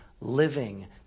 living